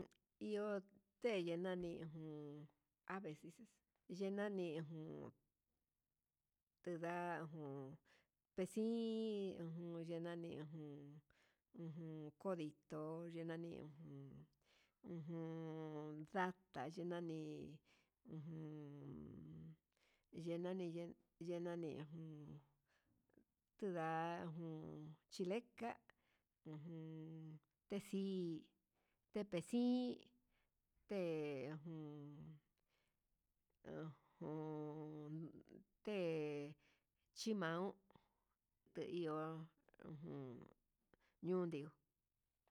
Iho teye nani ujun ¿aves dices? Ye'e nani jun teda ujun vexi'i yee nani ujun, ujun codito yee nani ujun ujun ndata yee nani ujun yenani yenani ujun tuda ujun chileka ujun texi'i tepexi te ujun ajun té chimau ye iho ujun ñiu iho.